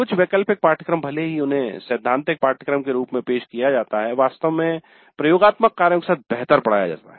कुछ वैकल्पिक पाठ्यक्रम भले ही उन्हें सैद्धांतिक पाठ्यक्रम के रूप में पेश किया जाता है वास्तव में प्रयोगात्मक कार्यों के साथ बेहतर पढ़ाया जाता है